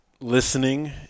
listening